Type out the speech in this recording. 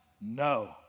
No